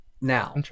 Now